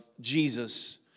Jesus